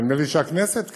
אבל נדמה לי שהכנסת כאן,